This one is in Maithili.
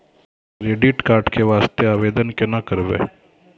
क्रेडिट कार्ड के वास्ते आवेदन केना करबै?